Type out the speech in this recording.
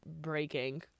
breaking